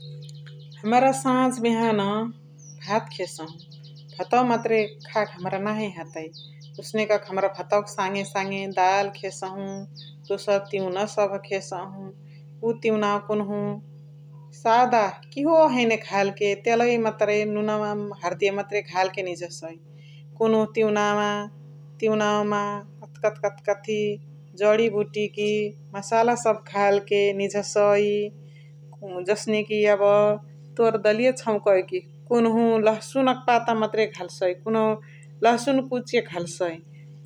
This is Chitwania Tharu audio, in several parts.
हमरा सझ्बिहा न भात खेसहु भातवा मतरे खाके नाही हतइ । हमरा भातवा क साङे साङे दाल खेसहु दोसर तिउना सभ खेसहु । उवा तिउनवा कुनुहु सदा किही हैने घल के तेलइ मतरे नुनवा हर्दिय मतरे घाले निझ्सहु । कुनुहु तिउनावा तिउनावामा कथ कथ कथी जणरी बुटिकी मसाला सभ घाल के निझ्सइ । जसने कि तोर यब दलिया छौकइ कि कुनुहु लह्सुना क पाता मतरे घल्सइ, कुनुहु लह्सुना कुच के घल्सइ,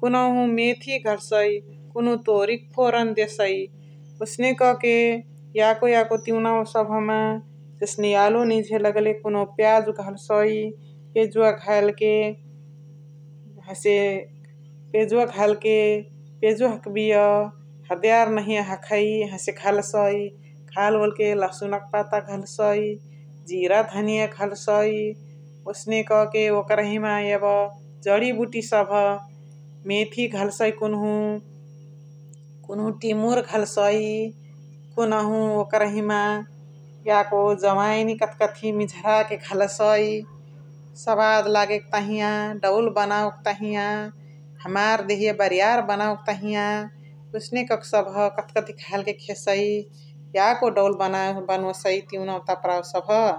कुनुहु मेथी घल्सइ, कुनुहु तोरिका फोरन देसइ । ओसने क के याको याको तिउनावा सभमा जसने यालो निझे लगले कुनुहु पियाजु घल्सइ, पियाजुवा घाल के हसे पियाजुवा घाल के पियाजुवा हख्बिय हार्डइयार नहिया हखइ हसे घल्सइ घालओल के लहसुन क पाता घल्सइ, जिरा धनीया घल्सइ । ओसने क के ओकरही मा यब जरिबुटी सभ मेथी घल्सइ कुनुहु कुनुहु तिमुर घल्सइ कुनहु ओकरही मा याको जवाइन कथ कथी नुझा के घल्सइ सवाद लगके तहिया दौल बनावे के तहिया हमार देहिया बारीयार बनवे के तहिया ओस्ने क के सभ कथ कथी घाल के खेसइ याको दौल बनावे बनोसइ तिउनाव तह्रावा सभ ।